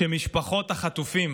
כשמשפחות החטופים